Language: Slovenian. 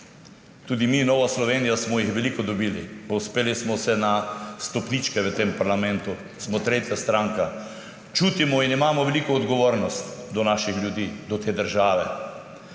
Tudi mi, Nova Slovenija, smo jih veliko dobili. Povzpeli smo se na stopničke v tem parlamentu, smo tretja stranka. Čutimo in imamo veliko odgovornost do naših ljudi, do te države.